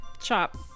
chop